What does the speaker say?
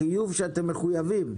החיוב שאתם מחויבים.